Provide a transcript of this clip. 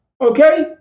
Okay